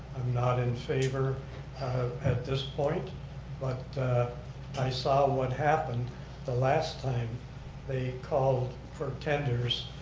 i'm not in favor at this point but i saw what happened the last time they called for tenders.